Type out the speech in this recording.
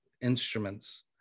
instruments